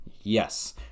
Yes